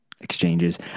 exchanges